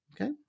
Okay